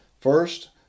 First